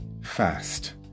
fast